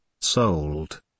sold